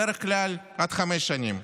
בדרך כלל עד חמש שנים.